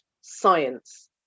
science